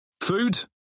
Food